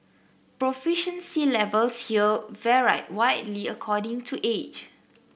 proficiency levels here varied widely according to age